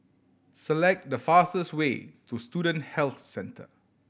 select the fastest way to Student Health Centre